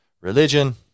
religion